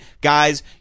Guys